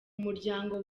muryango